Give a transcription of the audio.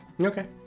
Okay